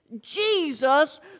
Jesus